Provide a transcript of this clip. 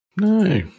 No